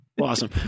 Awesome